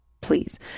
please